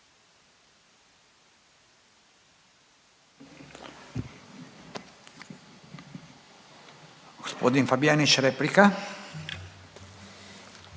Gospodin Fabijanić replika.